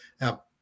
Now